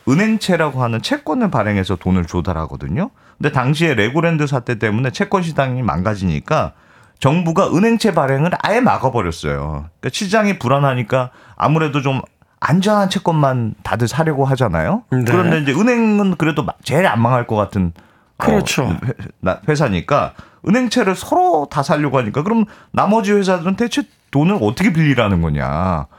은행채라고 하는 채권을 발행해서 돈을 조달하거든요. 근데 당시에 레고랜드 사태 때문에 채권 시장이 망가지니까 정부가 은행채 발행을 아예 막아버렸어요. 그러니까 시장이 불안하니까 아무래도 좀 안전한 채권만 다들 사려고 하잖아요. 그런데 네. 이제 은행은 그래도 제일 안 망할 것 같은 어, 그렇죠. 회- 회사니까 은행채를 서로 다 사려고 하니까 그럼 나머지 회사들은 대체 돈을 어떻게 빌리라는 거냐.